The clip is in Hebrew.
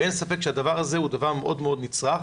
ואין ספק שהדבר הזה הוא דבר מאוד נצרך.